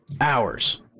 Hours